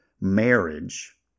marriage